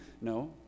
No